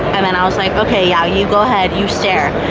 um and i was like ok yeah you go ahead you stare,